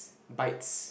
bytes